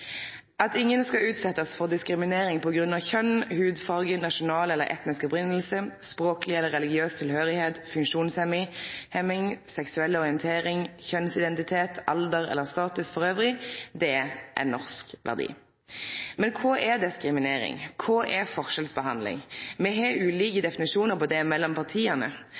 At ingen skal utsetjast for diskriminering på grunn av kjønn, hudfarge, nasjonal eller etnisk opphav, språkleg eller religiøs tilhøyring, funksjonshemming, seksuell orientering, kjønnsidentitet, alder eller status elles, er ein norsk verdi. Men kva er diskriminering? Kva er forskjellsbehandling? Me har ulike definisjonar på det mellom